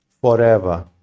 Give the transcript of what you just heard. forever